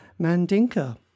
Mandinka